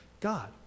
God